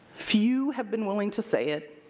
few have been willing to say it.